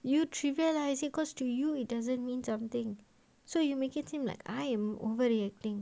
you trivialise it because to you it doesn't mean something so you make it seem like I'm overreacting